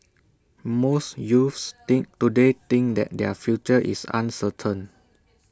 most youths think today think that their future is uncertain